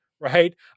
right